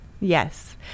Yes